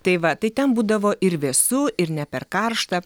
tai va tai ten būdavo ir vėsu ir ne per karšta